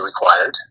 required